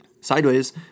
Sideways